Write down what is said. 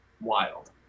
wild